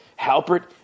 Halpert